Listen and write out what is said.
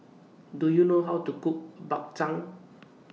Do YOU know How to Cook Bak Chang